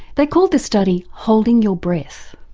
they called the study holding your breath.